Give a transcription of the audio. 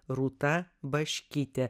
rūta baškytė